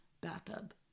bathtub